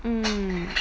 mm